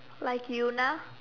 like Yoona